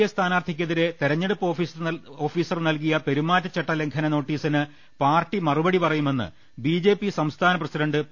A സ്ഥാനാർത്ഥിക്കെതിരെ തെരഞ്ഞെടുപ്പ് officer നൽകിയ പെരുമാറ്റച്ചട്ട ലംഘന നോട്ടീസിന് പാർട്ടി മറു പടി നൽകുമെന്ന് ബിജെപി സംസ്ഥാന പ്രസിഡന്റ് പി